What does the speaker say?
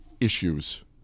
issues